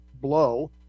Blow